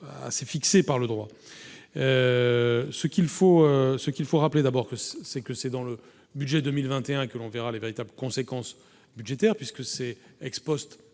assez, fixé par le droit, ce qu'il faut ce qu'il faut rappeler d'abord que c'est que c'est dans le budget 2021 que l'on verra les véritables conséquences budgétaires puisque c'est ex Post